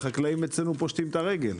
החקלאים אצלנו פושטים את הרגל,